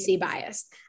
bias